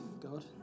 God